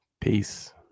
Peace